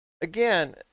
again